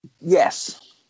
Yes